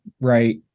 right